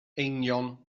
eingion